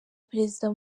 perezida